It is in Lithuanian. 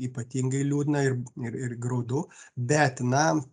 ypatingai liūdna ir ir ir graudu bet na